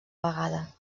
vegada